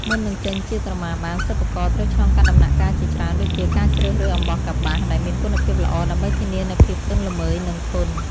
មុននឹងចេញជាក្រមាបាន សិប្បករត្រូវឆ្លងកាត់ដំណាក់កាលជាច្រើនដូចជា ការជ្រើសរើសអំបោះកប្បាស ដែលមានគុណភាពល្អ ដើម្បីធានានូវភាពទន់ល្មើយ និងធន់។